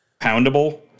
poundable